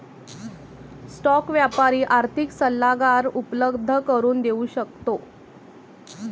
stock व्यापारी आर्थिक सल्लागार उपलब्ध करून देऊ शकतो